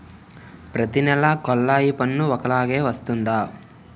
ప్రతి నెల కొల్లాయి పన్ను ఒకలాగే వస్తుందా?